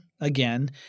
again